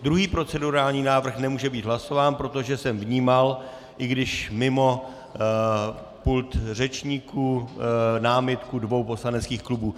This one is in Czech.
Druhý procedurální návrh nemůže být hlasován, protože jsem vnímal, i když mimo pult řečníků, námitku dvou poslaneckých klubů.